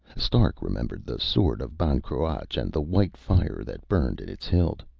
stark remembered the sword of ban cruach, and the white fire that burned in its hilt.